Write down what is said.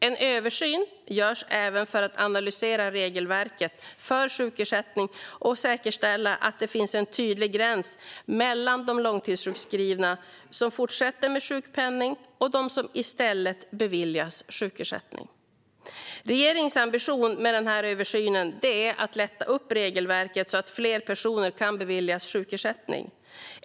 En översyn görs även för att analysera regelverket för sjukersättning och säkerställa att det finns en tydlig gräns mellan de långtidssjukskrivna som fortsätter med sjukpenning och de som i stället beviljas sjukersättning. Regeringens ambition med denna översyn är att lätta på regelverket så att fler personer kan beviljas sjukersättning.